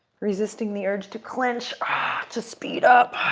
resisting the urge to clench, ah to speed up.